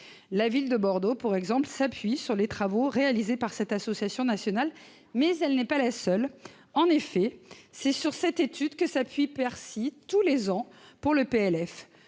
La ville de Bordeaux, par exemple, s'appuie sur les travaux réalisés par cette association nationale, mais elle n'est pas la seule : c'est sur cette étude que s'appuie Bercy chaque année pour la